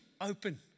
open